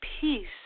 peace